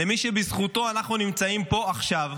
למי שבזכותו אנחנו נמצאים פה עכשיו,